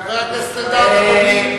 חבר הכנסת אלדד.